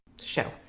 show